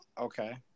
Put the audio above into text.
Okay